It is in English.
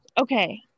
Okay